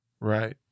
Right